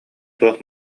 туох